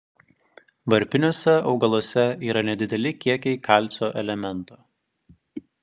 varpiniuose augaluose yra nedideli kiekiai kalcio elemento